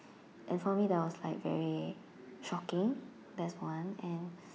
and for me that was like very shocking that's one and